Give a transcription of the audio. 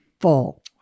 full